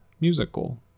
musical